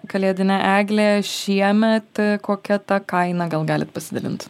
kalėdinė eglė šiemet kokia ta kaina gal galit pasidalint